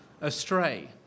astray